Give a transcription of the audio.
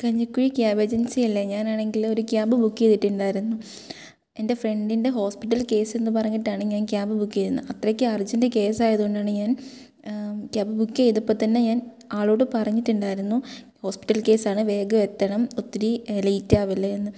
Kanjikuzhi cab ഏജൻസിയല്ലേ ഞാനാണെങ്കിൽ ഒരു ക്യാബ് ബുക്ക് ചെയ്തിട്ടുണ്ടായിരുന്നു എൻ്റെ ഫ്രണ്ടിൻ്റെ ഹോസ്പിറ്റൽ കേസെന്ന് പറഞ്ഞിട്ടാണ് ഞാൻ ക്യാബ് ബുക്ക് ചെയ്യുന്ന അത്രയ്ക്ക് അർജൻറ്റ് കേസായത് കൊണ്ടാണ് ഞാൻ ക്യാബ് ബുക്ക് ചെയ്തപ്പോൾ തന്നെ ഞാൻ ആളോട് പറഞ്ഞിട്ടുണ്ടായിരുന്നു ഹോസ്പിറ്റൽ കേസാണ് വേഗം എത്തണം ഒത്തിരി ലെയ്റ്റ് ആകല്ലെ എന്ന്